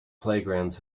playgrounds